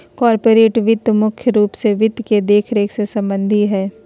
corporate वित्त मुख्य रूप से वित्त के देखरेख से सम्बन्धित हय